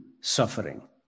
suffering